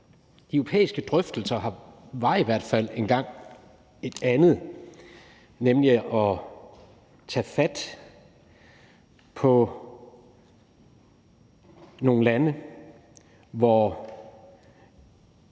i europæiske drøftelser engang et andet, nemlig at tage fat i nogle lande, hvor